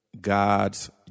God's